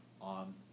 on